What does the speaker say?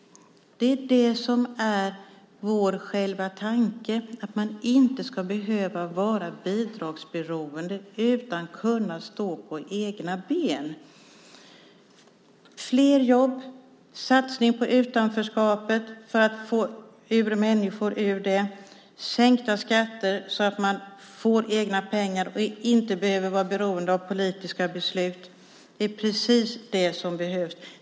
Vår tanke är att man inte ska behöva vara bidragsberoende utan kunna stå på egna ben. Det handlar om fler jobb och satsning på att bekämpa utanförskapet och att få människor ur det. Det handlar om sänkta skatter så att människor får egna pengar och inte behöver vara beroende av politiska beslut. Det är precis det som behövs.